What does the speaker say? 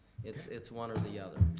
it's it's one or the other.